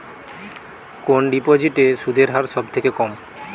কোন ডিপোজিটে সুদের হার সবথেকে কম?